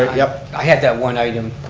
ah yeah i had that one item